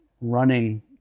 running